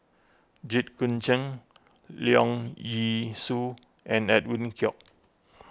Jit Koon Ch'ng Leong Yee Soo and Edwin Koek